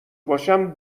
باشم